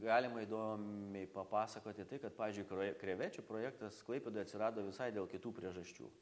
galima įdomiai papasakoti tai kad pavyzdžiui krue krevečių projektas klaipėdoj atsirado visai dėl kitų priežasčių